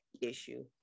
issue